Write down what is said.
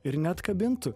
ir neatkabintų